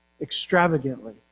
Extravagantly